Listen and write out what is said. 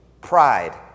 Pride